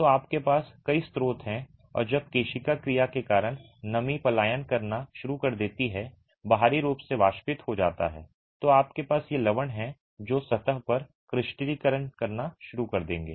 तो आपके पास कई स्रोत हैं और जब केशिका क्रिया के कारण नमी पलायन करना शुरू कर देती है बाहरी रूप से वाष्पित हो जाता है तो आपके पास ये लवण हैं जो सतह पर क्रिस्टलीकरण करना शुरू कर देंगे